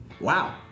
Wow